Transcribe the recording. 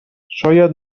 شاید